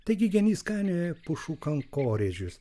taigi genys skainioja pušų kankorėžius